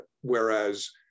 Whereas